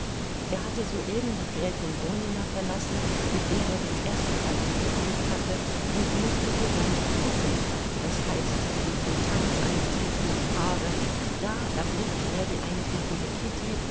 er hatte soeben die gräfin bonina verlassen mit der er den ersten walzer getanzt hatte und musterte seine truppen das heißt die zum tanz angetretenen paare da erblickte er die eintretende kitty